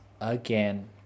again